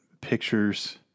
pictures